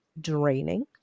draining